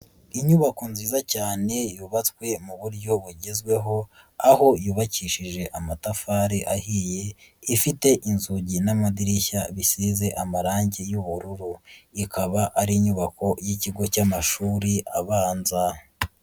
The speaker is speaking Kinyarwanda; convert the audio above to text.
Inyubako nziza cyane yubatswe mu buryo bugezweho aho yubakishije amatafari ahiye ifite inzugi n'amadirishya bisize amarange y'ubururu, ikaba ari inyubako y'ikigo cy'amashuri abanza.